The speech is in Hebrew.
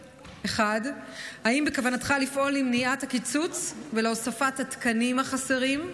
1. האם בכוונתך לפעול למניעת הקיצוץ ולהוספת התקנים החסרים?